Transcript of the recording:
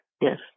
yes